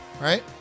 Right